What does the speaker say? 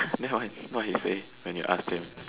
then what he what he say when you asked him